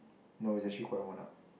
no it's actually quite worn out